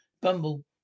Bumble